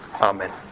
Amen